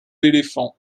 éléphants